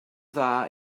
dda